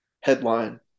headline